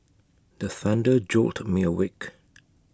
the thunder jolt me awake